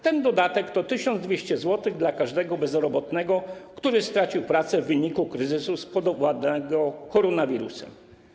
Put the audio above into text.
Ten dodatek to 1200 zł dla każdego bezrobotnego, który stracił pracę w wyniku kryzysu spowodowanego koronawirusem.